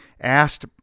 asked